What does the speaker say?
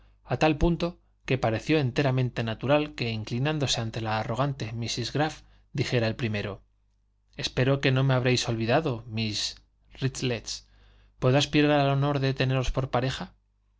a tal punto que pareció enteramente natural que inclinándose ante la arrogante mrs graff dijera el primero espero que no me habréis olvidado miss rútledge puedo aspirar al honor de teneros por pareja